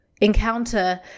Encounter